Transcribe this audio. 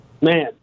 man